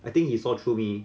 I think he saw through me